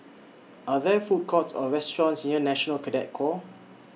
Are There Food Courts Or restaurants near National Cadet Corps